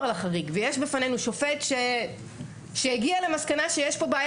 לחריג ויש בפנינו שופט שהגיע למסקנה שיש פה בעיה